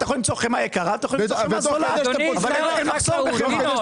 אתה יכול למצוא חמאה יקרה ואתה יכול למצוא חמאה זולה,